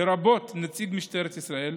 לרבות נציג משטרת ישראל,